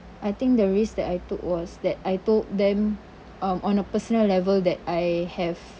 I think the risk that I took was that I told them um on a personal level that I have